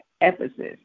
Ephesus